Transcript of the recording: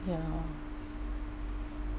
ya lor